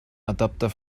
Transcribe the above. adapter